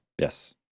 yes